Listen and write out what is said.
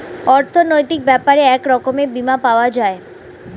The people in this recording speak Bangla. অর্থনৈতিক ব্যাপারে এক রকমের বীমা পাওয়া যায়